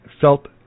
felt